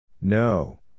No